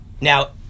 now